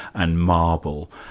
and marble.